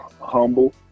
humble